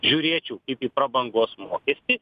žiūrėčiau kaip į prabangos mokestį